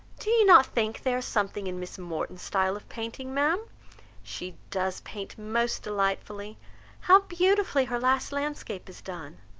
do you not think they are something in miss morton's style of painting, ma'am she does paint most delightfully how beautifully her last landscape is done!